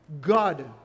God